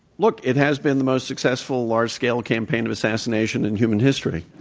look, it has been the most successful large-scale campaign of assassination in human history.